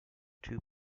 two